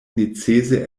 necese